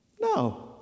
No